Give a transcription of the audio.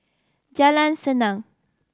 Jalan Senang